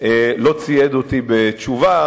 לא צייד אותי בתשובה,